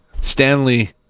Stanley